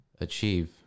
achieve